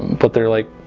but they're like